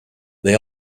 they